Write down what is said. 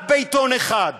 רק בעיתון אחד,